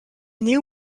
new